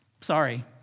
sorry